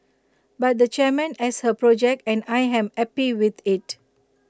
but the chairman has A project and I am happy with IT